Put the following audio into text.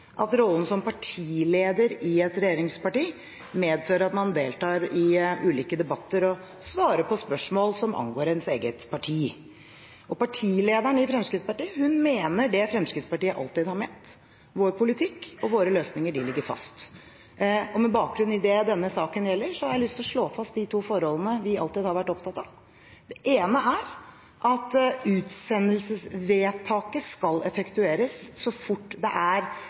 at rollen som partileder i et regjeringsparti medfører at man deltar i ulike debatter og svarer på spørsmål som angår ens eget parti, og partilederen i Fremskrittspartiet mener det Fremskrittspartiet alltid har ment: Vår politikk og våre løsninger ligger fast. Med bakgrunn i det denne saken gjelder, har jeg lyst til å slå fast de to forholdene vi alltid har vært opptatt av. Det ene er at utsendelsesvedtaket skal effektueres så fort forholdene ligger til rette for det. Det andre er